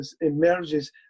emerges